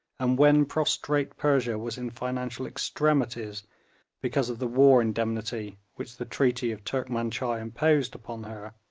and when prostrate persia was in financial extremities because of the war indemnity which the treaty of turkmanchai imposed upon her,